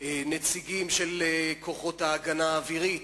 נציגים של כוחות ההגנה האווירית,